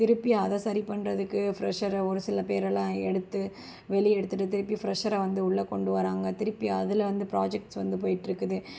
திருப்பி அதை சரிபண்ணுறதுக்கு ஃப்ரெஷ்ஷரா ஒருசில பேரெல்லாம் எடுத்து வெளியே எடுத்துட்டு திருப்பி ஃப்ரெஷ்ஷரை வந்து உள்ள கொண்டுவராங்க திருப்பி அதில்வந்து ப்ராஜெக்ட்ஸ் வந்து போயிகிட்ருக்குது